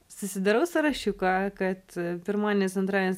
susidarau sąrašiuką kad pirmadienis antradienis